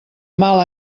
mala